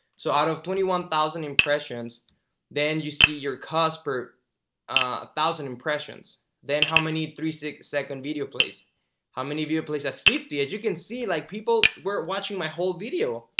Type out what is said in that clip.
so out of twenty one thousand impressions then you see your cost per ah thousand impressions then how many three six second video plays how many of you plays at fifty as you can see? like people were watching my whole video,